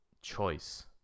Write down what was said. choice